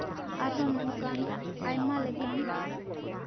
ᱟᱨᱦᱚᱸ ᱱᱚᱝᱠᱟ ᱟᱭᱢᱟ ᱞᱮᱠᱟᱱ